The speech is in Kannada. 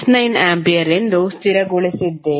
69 ಆಂಪಿಯರ್ ಎಂದು ಸ್ಥಿರಗೊಳಿಸಿದ್ದೇವೆ